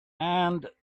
and